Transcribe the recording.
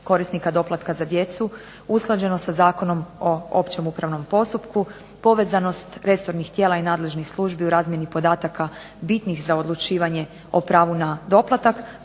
korisnika doplatka za djecu usklađena sa Zakonom o općem upravnom postupku, povezanost resornih tijela i nadležnih službi u razmjeni podataka bitnih za odlučivanje o pravu na doplatak,